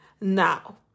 Now